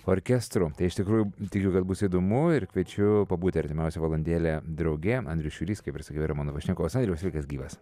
orkestru tai iš tikrųjų tikiu kad bus įdomu ir kviečiu pabūti artimiausių valandėlę drauge andrius šiurys kaip ir sakiau yra mano pašnekovas andriau sveikas gyvas